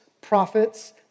prophets